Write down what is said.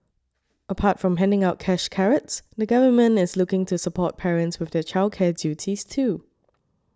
apart from handing out cash carrots the Government is looking to support parents with their childcare duties too